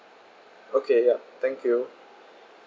okay ya thank you